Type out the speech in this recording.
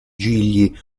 gigli